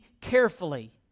carefully